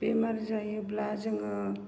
बेमार जायोब्ला जोङो